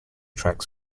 tracks